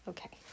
Okay